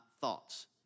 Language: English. thoughts